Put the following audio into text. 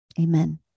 Amen